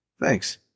Thanks